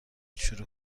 شروع